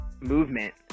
movement